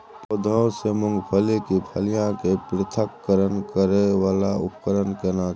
पौधों से मूंगफली की फलियां के पृथक्करण करय वाला उपकरण केना छै?